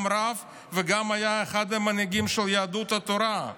גם רב וגם היה אחד המנהיגים של יהדות התורה.